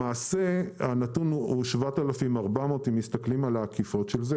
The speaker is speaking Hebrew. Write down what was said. למעשה הנתון הוא 7,400 אם מסתכלים על ה --- של זה.